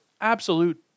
absolute